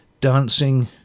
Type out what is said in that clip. dancing